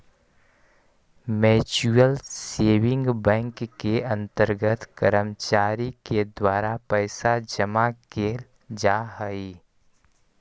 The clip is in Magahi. म्यूच्यूअल सेविंग बैंक के अंतर्गत कर्मचारी के द्वारा पैसा जमा कैल जा हइ